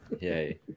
Yay